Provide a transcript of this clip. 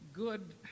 Good